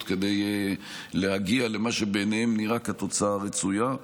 כדי להגיע למה שבעיניהם נראה כתוצאה הרצויה.